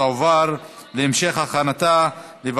והתאמות בחינוך לילדים עם צרכים מיוחדים,